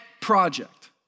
project